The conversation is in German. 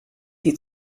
die